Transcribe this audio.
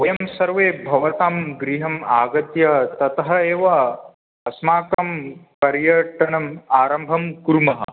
वयं सर्वे भवतां गृहम् आगत्य ततः एव अस्माकं पर्यटनम् आरम्भं कुर्मः